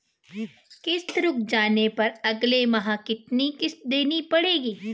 किश्त रुक जाने पर अगले माह कितनी किश्त देनी पड़ेगी?